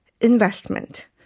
investment